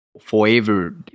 forever